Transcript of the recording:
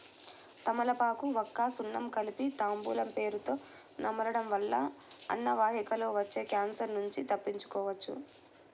తమలపాకు, వక్క, సున్నం కలిపి తాంబూలం పేరుతొ నమలడం వల్ల అన్నవాహికలో వచ్చే క్యాన్సర్ నుంచి తప్పించుకోవచ్చు